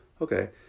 okay